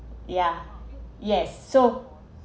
yeah yes so